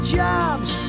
jobs